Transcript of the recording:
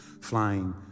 flying